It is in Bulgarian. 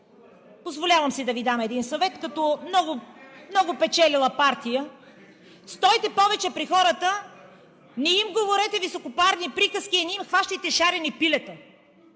позволявам си да Ви дам един съвет, като много печелила партия: стойте повече при хората, не им говорете високопарни приказки и не им хващайте шарени пилета!